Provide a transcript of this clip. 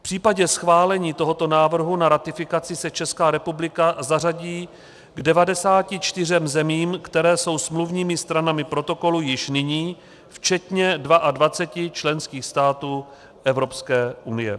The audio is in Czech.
V případě schválení tohoto návrhu na ratifikaci se Česká republika zařadí k 94 zemím, které jsou smluvními stranami protokolu již nyní, včetně 22 členských států Evropské unie.